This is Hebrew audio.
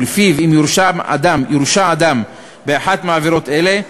ולפיו אם יורשע אדם באחת מעבירות אלה,